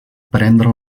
prendre